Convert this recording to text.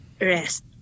rest